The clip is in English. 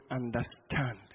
understand